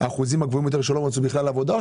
הגבוהים יותר הם אלה שלא מצאו עבודה או